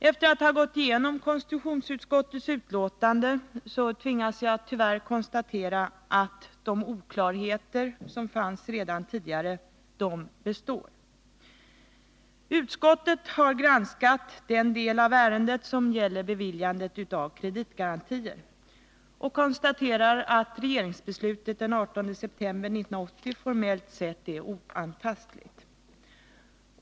Efter att ha gått igenom konstitutionsutskottets betänkande tvingas jag tyvärr konstatera att de oklarheter som fanns redan tidigare består. Utskottet har granskat den del av ärendet som gäller beviljandet av kreditgarantier och konstaterar att regeringsbeslutet den 18 september 1980 formellt sett är oantastligt.